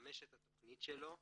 לממש את התכנית שלו,